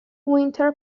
winter